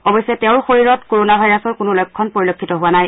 অৱশ্যে তেওঁৰ শৰীৰত কোৰোণা ভাইৰাছৰ কোনো লক্ষ্যণ পৰিলক্ষিত হোৱা নাই